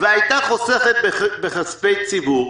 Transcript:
והייתה חוסכת בכספי ציבור,